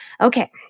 Okay